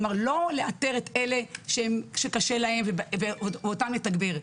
כלומר לא לאתר את אלה שקשה להם ואותם לתגבר,